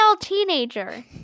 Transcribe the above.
teenager